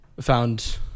found